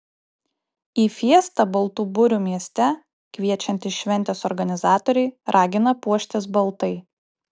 į fiestą baltų burių mieste kviečiantys šventės organizatoriai ragina puoštis baltai